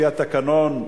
לפי התקנון,